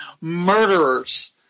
murderers